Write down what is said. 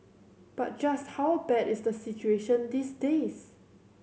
but just how bad is the situation these days